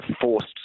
forced